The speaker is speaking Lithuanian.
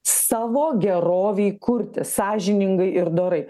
savo gerovei kurti sąžiningai ir dorai